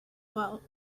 while